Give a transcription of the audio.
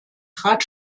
trat